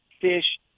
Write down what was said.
fish